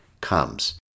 comes